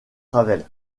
ravel